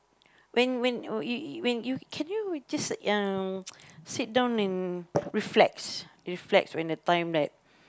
when when y~ when you can you just uh sit down and reflect reflect on the time that